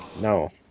No